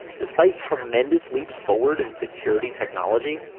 despite tremendous leaps forward in security technology,